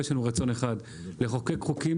יש לנו רצון אחד והוא לחוקק חוקים